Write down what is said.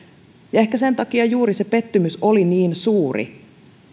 ja ehkä sen takia juuri pettymys oli niin suuri